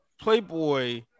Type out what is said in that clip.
Playboy